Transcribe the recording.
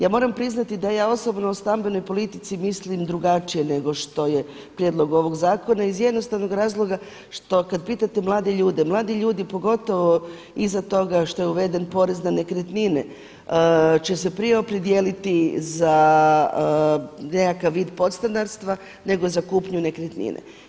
Ja moram priznati da ja osobno o stambenoj politici mislim drugačije nego što je prijedlog ovog zakona iz jednostavnog razloga što kada pitate mlade ljude, mladi ljudi pogotovo iza toga što je uveden porez na nekretnine će se prije opredijeliti za nekakav vid podstanarstva nego za kupnju nekretnine.